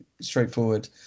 straightforward